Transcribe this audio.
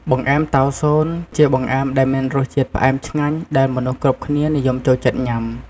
បង្អែមតៅស៊ន ជាបង្អែមដែលមានរសជាតិផ្អែមឆ្ងាញ់ដែលមនុស្សគ្រប់គ្នានិយមចូលចិត្តញុំា។